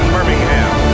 Birmingham